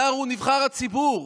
השר הוא נבחר הציבור.